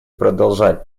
продолжать